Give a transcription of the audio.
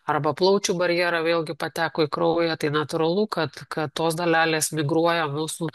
arba plaučių barjerą vėlgi pateko į kraują tai natūralu kad kad tos dalelės migruoja mūsų